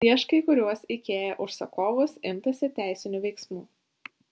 prieš kai kuriuos ikea užsakovus imtasi teisinių veiksmų